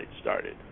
started